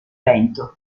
vento